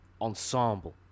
ensemble